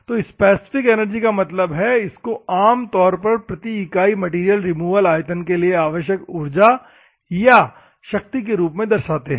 तो specific energy का मतलब है इसको आमतौर प्रति इकाई मैटेरियल रिमूवल आयतन के लिए आवश्यक ऊर्जा या शक्ति के रूप में दर्शाते हैं